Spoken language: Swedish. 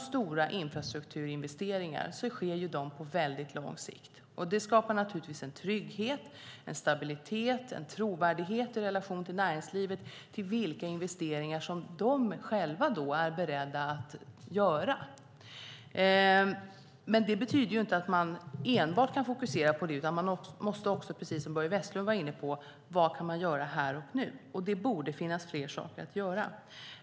Stora infrastrukturinvesteringar sker förstås på väldigt lång sikt och skapar en trygghet, en stabilitet och en trovärdighet i relation till näringslivet när det gäller vilka investeringar de själva är beredda att göra. Det betyder dock inte att man enbart kan fokusera på det, utan man måste också, precis som Börje Vestlund var inne på, fråga sig vad man kan göra här och nu. Det borde finnas fler saker att göra.